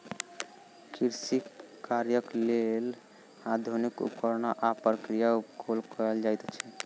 कृषि कार्यक लेल आधुनिक उपकरण आ प्रक्रिया उपयोग कयल जाइत अछि